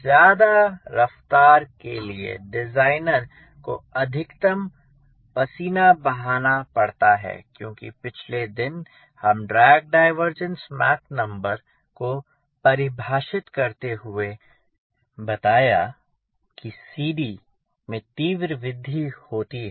ज्यादा रफ्तार के लिए डिज़ाइनर को अधिकतम पसीना बहाना पड़ता है क्योंकि पिछले दिन हम ड्रैग डिवेर्जेंस मॉक नंबर को परिभाषित करते हुए बताया कि CDमें तीव्र वृद्धि होती है